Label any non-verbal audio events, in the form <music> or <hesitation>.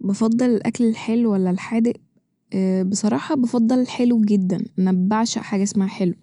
بفضل الأكل الحلو ولا الحادق <hesitation> بصراحة بفضل الحلو جدا ، م- بعشق حاجة اسمها حلو